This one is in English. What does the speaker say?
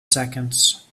seconds